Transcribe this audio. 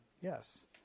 Yes